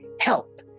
help